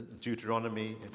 Deuteronomy